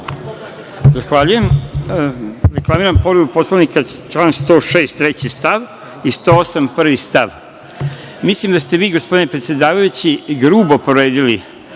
Hvala. Reklamiram povredu Poslovnika član 106. treći stav i 108. prvi stav. Mislim da ste vi, gospodine predsedavajući, grubo povredili